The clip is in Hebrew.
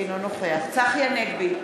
אינו נוכח צחי הנגבי,